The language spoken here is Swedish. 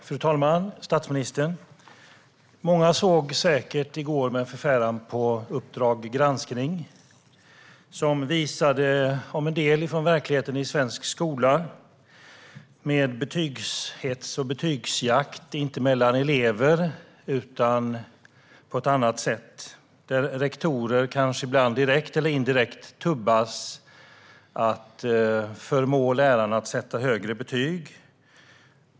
Fru talman! Statsministern! Många såg säkert i går med förfäran på Uppdrag granskning , som visade en del från verkligheten i svensk skola, med betygshets och betygsjakt, inte mellan elever utan på ett annat sätt. Ibland kanske rektorer, direkt eller indirekt, tubbas att förmå lärarna att sätta högre betyg.